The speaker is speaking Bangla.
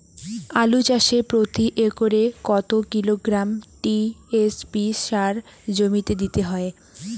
আলু চাষে প্রতি একরে কত কিলোগ্রাম টি.এস.পি সার জমিতে দিতে হয়?